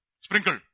Sprinkled